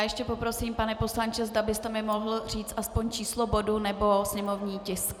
Ještě poprosím, pane poslanče, zda byste mi mohl říct alespoň číslo bodu nebo sněmovní tisk.